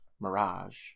Mirage